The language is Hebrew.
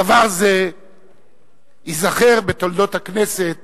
דבר זה ייזכר בתולדות הכנסת